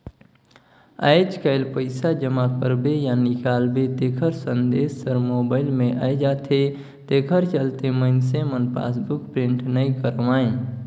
आयज कायल पइसा जमा करबे या निकालबे तेखर संदेश हर मोबइल मे आये जाथे तेखर चलते मइनसे मन पासबुक प्रिंट नइ करवायें